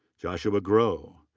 joshua groh.